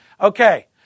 Okay